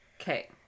Okay